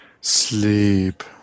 Sleep